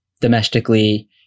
domestically